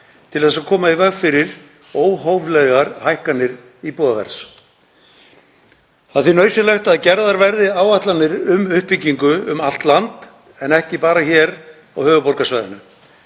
til að koma í veg fyrir óhóflegar hækkanir íbúðaverðs. Það er því nauðsynlegt að gerðar verði áætlanir um uppbyggingu um allt land en ekki bara hér á höfuðborgarsvæðinu.